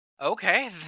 Okay